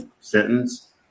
sentence